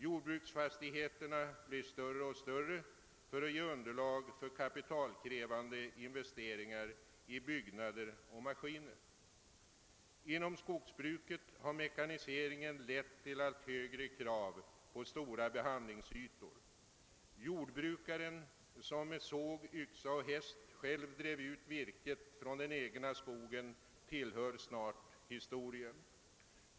Jordbruksfastigheterna blir större och större för att ge underlag för kapitalkrävande investeringar i byggnader och maskiner. Inom skogsbruket har mekaniseringen lett till allt högre krav på stora behandlingsytor. Jordbrukaren som med såg, yxa och häst själv drev ut virket från den egna skogen tillhör snart historien.